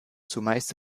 zumeist